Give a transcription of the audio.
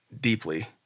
deeply